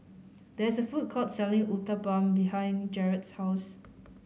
there is a food court selling Uthapam behind Gerard's house